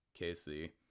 KC